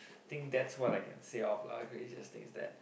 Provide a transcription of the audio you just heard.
think that's what I can say of craziest things that